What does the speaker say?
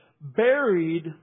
buried